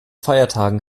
feiertagen